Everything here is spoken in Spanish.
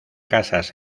casas